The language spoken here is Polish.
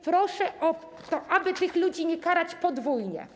Proszę o to, aby tych ludzie nie karać podwójnie.